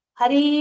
Hari